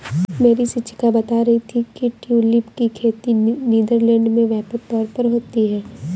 मेरी शिक्षिका बता रही थी कि ट्यूलिप की खेती नीदरलैंड में व्यापक तौर पर होती है